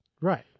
Right